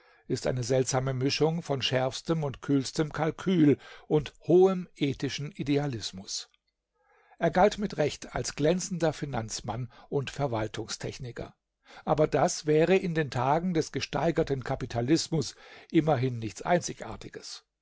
ist eine seltsame mischung von schärfstem und kühlstem kalkül und hohem ethischen idealismus er galt mit recht als glänzender finanzmann und verwaltungstechniker aber das wäre in den tagen des gesteigerten kapitalismus immerhin nichts einzigartiges